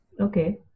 Okay